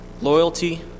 loyalty